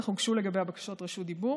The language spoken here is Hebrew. אך הוגשו לגביה בקשות רשות דיבור.